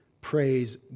Praise